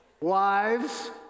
Wives